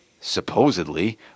supposedly